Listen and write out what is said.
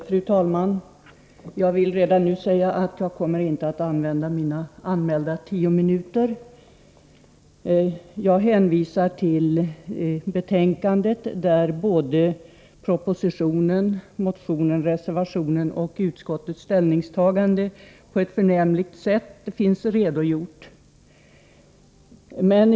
Fru talman! Jag vill redan nu säga att jag inte kommer att använda min anmälda taletid på tio minuter. Jag hänvisar till betänkandet, där både propositionen, motionen, reservationen och utskottets ställningstagande på ett förnämligt sätt finns redovisade.